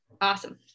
Awesome